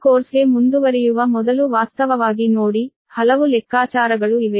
ಈ ಕೋರ್ಸ್ಗೆ ಮುಂದುವರಿಯುವ ಮೊದಲು ವಾಸ್ತವವಾಗಿ ನೋಡಿ ಹಲವು ಲೆಕ್ಕಾಚಾರಗಳು ಇವೆ